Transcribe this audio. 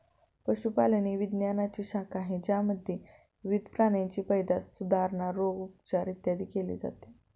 पशुपालन ही विज्ञानाची शाखा आहे ज्यामध्ये विविध प्राण्यांची पैदास, सुधारणा, रोग, उपचार, इत्यादी केले जाते